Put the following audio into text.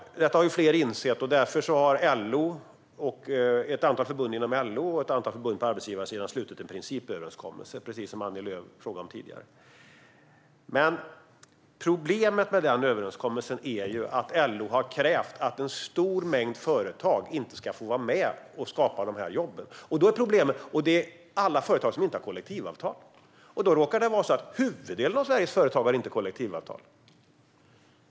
Detta har fler insett. Därför har ett antal förbund inom LO och ett antal förbund på arbetsgivarsidan slutit en principöverenskommelse, som Annie Lööf frågade om tidigare. Problemet med överenskommelsen är att LO har krävt att en stor mängd företag inte ska få vara med och skapa de här jobben. Det gäller alla företag som inte har kollektivavtal. Det råkar vara på det sättet att huvuddelen av Sveriges företag inte har kollektivavtal.